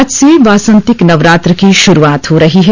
आज से वासंतिक नवरात्र की शुरूआत हो रही है